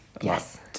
yes